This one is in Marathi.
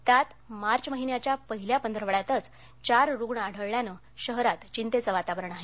त्यात मार्च महिन्याच्या पहिल्या पंधरवड्यातच चार रूग्ण आढळल्यानं शहरात घिंतेच वातावरण आहे